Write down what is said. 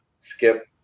skip